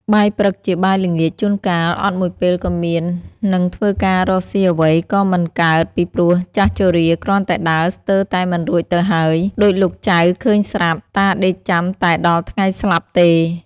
បាយព្រឹកជាបាយល្ងាចជួនកាលអត់មួយពេលក៏មាន នឹងធ្វើការរកស៊ីអ្វីក៏មិនកើតពីព្រោះចាស់ជរាគ្រាន់តែដើរស្ទើរតែមិនរួចទៅហើយ ដូចលោកចៅឃើញស្រាប់ តាដេកចាំតែដល់ថ្ងៃស្លាប់ទេ ” ។